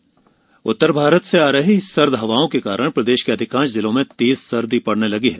मौसम उत्तर भारत से आ रही सर्द हवाओं के कारण प्रदेश के अधिकांश जिलों में तेज सर्दी पड़ने लगी है